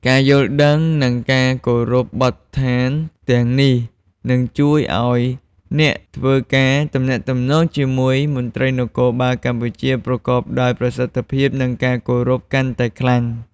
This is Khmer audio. ការយល់ដឹង និងការគោរពបទដ្ឋានទាំងនេះនឹងជួយឲ្យអ្នកធ្វើការទំនាក់ទំនងជាមួយមន្ត្រីនគរបាលកម្ពុជាប្រកបដោយប្រសិទ្ធភាព និងការគោរពកាន់តែខ្លាំង។